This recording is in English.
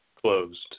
closed